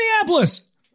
Minneapolis